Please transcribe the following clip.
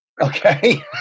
okay